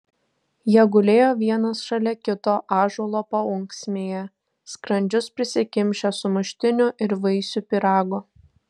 jie gulėjo vienas šalia kito ąžuolo paunksmėje skrandžius prisikimšę sumuštinių ir vaisių pyrago